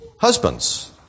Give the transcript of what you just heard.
Husbands